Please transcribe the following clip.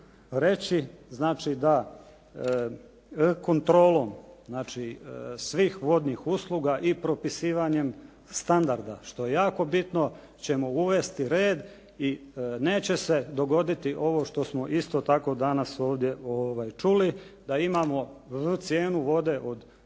reći, da kontrolom svih vodnih usluga i propisivanjem standarda što je jako bitno ćemo uvesti red i neće se dogoditi ovo što smo ovdje isto tako danas čuli da imamo cijenu vode od